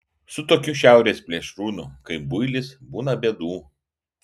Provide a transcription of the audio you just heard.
su tokiu šiaurės plėšrūnu kaip builis būna bėdų